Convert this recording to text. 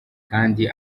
kandi